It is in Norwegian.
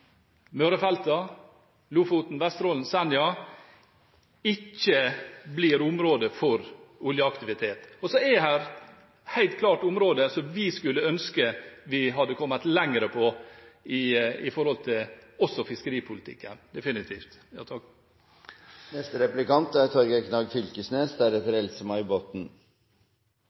Lofoten, Vesterålen og Senja ikke blir områder for oljeaktivitet. Så er det helt klart områder som vi skulle ønske vi hadde kommet lenger på, definitivt også i forhold til fiskeripolitikken. På veldig mange område er